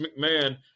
McMahon